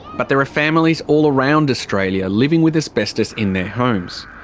but there are families all around australia living with asbestos in their homes.